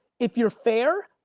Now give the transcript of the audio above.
if you're fair,